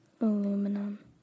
Aluminum